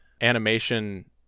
animation